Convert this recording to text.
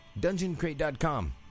DungeonCrate.com